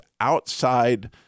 outside